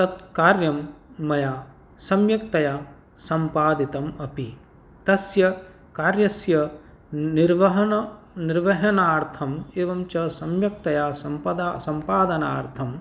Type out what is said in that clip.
तत् कार्यं मया सम्यक्तया सम्पादितम् अपि तस्य कार्यस्य निर्वहणार्थम् एवं च सम्यक्तया सम्पादनार्थम्